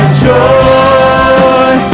joy